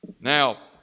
Now